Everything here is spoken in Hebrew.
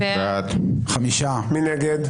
מי נגד?